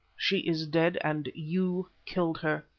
she is dead, and you killed her.